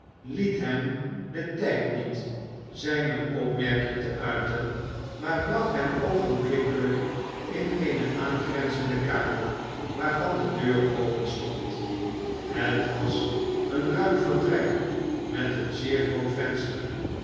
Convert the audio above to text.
liet hem den tijd niet zijne opmerking te uiten maar bracht hem oogenblikkelijlk in eene aangrenzende kamer waarvan de deur openstond het was een ruim vertrek met een zeer groot venster